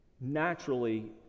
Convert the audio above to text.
naturally